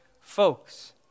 folks